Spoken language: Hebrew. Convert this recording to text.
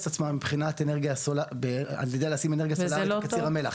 את עצמם מבחינת לשים אנרגיה סולארית בציר המלח.